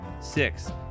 six